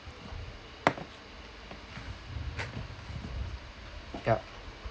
yeah